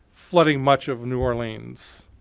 flooding much of new orleans.